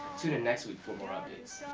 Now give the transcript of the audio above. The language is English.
tune in next week for more updates.